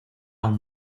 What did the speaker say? aún